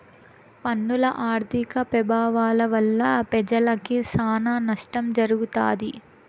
పన్నుల ఆర్థిక పెభావాల వల్ల పెజలకి సానా నష్టం జరగతాది